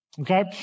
Okay